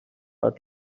had